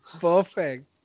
perfect